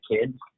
kids